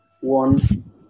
one